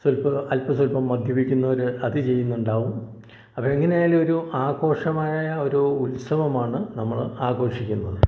സ്വല്പം അല്പ സ്വല്പം മദ്യപിക്കുന്നവര് അത് ചെയ്യുന്നുണ്ടാകും അപ്പം എങ്ങനെ ആയാലും ഒരു ആഘോഷമായ ഒരു ഉത്സവമാണ് നമ്മൾ ആഘോഷിക്കുന്നത്